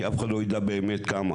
כי אף אחד לא יודע באמת כמה.